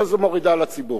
מורידה על הציבור שלה,